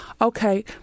okay